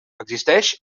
existeix